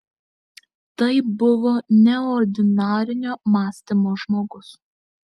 tai buvo neordinarinio mąstymo žmogus